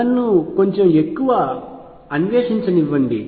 నన్ను కొంచెం ఎక్కువ అన్వేషించనివ్వండి